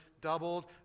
doubled